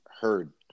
heard